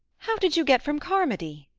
how did you get from carmody?